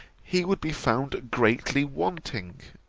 he would be found greatly wanting.